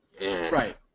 Right